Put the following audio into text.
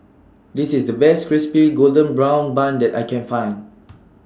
This IS The Best Crispy Golden Brown Bun that I Can Find